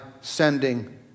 sending